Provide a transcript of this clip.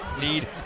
need